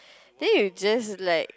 then you just like